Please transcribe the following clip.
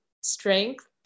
strength